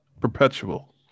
perpetual